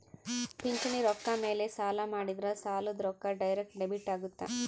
ಪಿಂಚಣಿ ರೊಕ್ಕ ಮೇಲೆ ಸಾಲ ಮಾಡಿದ್ರಾ ಸಾಲದ ರೊಕ್ಕ ಡೈರೆಕ್ಟ್ ಡೆಬಿಟ್ ಅಗುತ್ತ